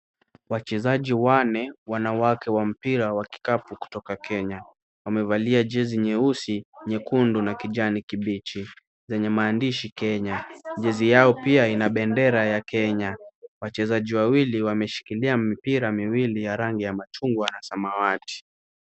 Wachezaji wanne, wanawake wa mpira wa kikapu kutoka Kenya. Wamevalia jezi nyeusi, nyekundu na kijani kibichi zenye maandishi Kenya. Jezi yao pia ina bendera ya Kenya. Wachezaji wawili wameshikilia mipira miwili ya rangi ya machungwa na samawati.